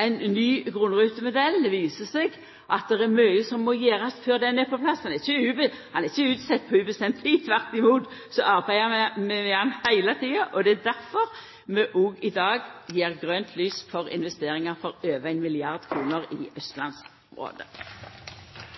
ein ny grunnrutemodell. Det viser seg at det er mykje som må gjerast før han er på plass. Han er ikkje utsett på ubestemt tid, tvert imot arbeider vi med han heile tida. Det er difor vi i dag gjev grønt lys for investeringar på over 1 mrd. kr i austlandsområdet.